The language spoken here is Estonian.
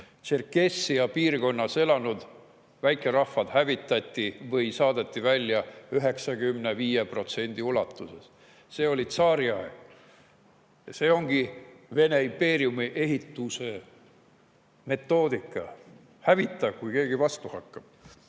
Tšerkessia piirkonnas elanud väikerahvad hävitati või saadeti välja 95% ulatuses. See oli tsaariaeg ja see ongi Vene impeeriumi ehituse metoodika: hävita, kui keegi vastu hakkab.